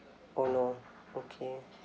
oh no okay